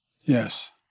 yes